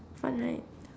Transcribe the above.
fun right